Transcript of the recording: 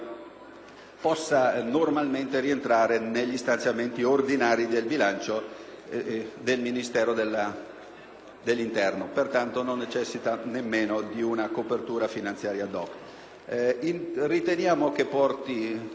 possano normalmente rientrare negli stanziamenti ordinari del bilancio del Ministero dell'interno. Pertanto non necessita nemmeno di una copertura finanziaria *ad hoc*. Riteniamo che il